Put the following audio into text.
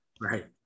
Right